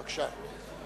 בבקשה.